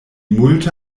multe